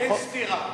אין סתירה.